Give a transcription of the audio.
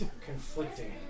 conflicting